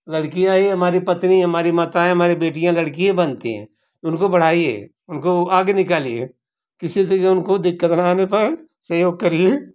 लड़कियाँ ही हमारी पत्नी हमारी माताएँ हमारी बेटीयाँ लड़कियाँ ही बनती हैं उनको बढ़ाइए उनको आगे निकालिए किसी भी तरह के उनको दिक्कत ना हो नहीं आने पाए सहयोग करिए